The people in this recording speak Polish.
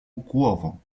głową